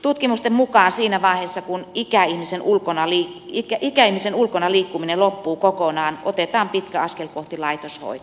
tutkimusten mukaan siinä vaiheessa kun ikäihmisen ulkona liikkuminen loppuu kokonaan otetaan pitkä askel kohti laitoshoitoa